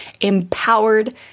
Empowered